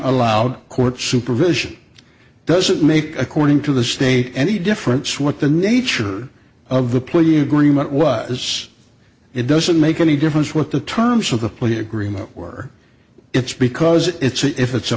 allowed court supervision doesn't make according to the state any difference what the nature of the plea agreement is it doesn't make any difference what the terms of the plea agreement were it's because it's if it's a